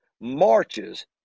marches